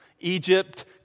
Egypt